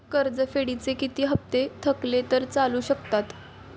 कर्ज परतफेडीचे किती हप्ते थकले तर चालू शकतात?